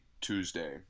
Tuesday